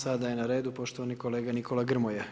Sada je na redu poštovani kolega Nikola Grmoja.